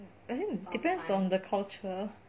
I think depends on the culture